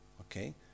Okay